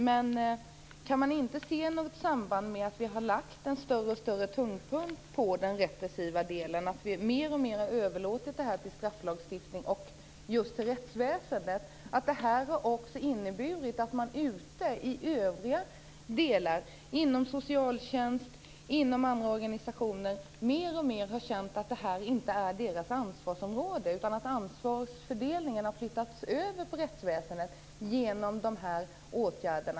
Men kan inte Socialdemokraterna se något samband med att vi har lagt en allt större tyngdpunkt på den repressiva delen och alltmer överlåtit frågan till strafflagstiftningen och rättsväsendet? Det har också inneburit att man i övriga delar av samhället, inom socialtjänst och inom andra organisationer, alltmer har känt att detta inte är deras ansvarsområde. Ansvaret har flyttas till rättsväsendet genom dessa åtgärder.